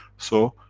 so,